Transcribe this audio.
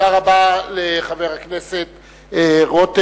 תודה רבה לחבר הכנסת רותם.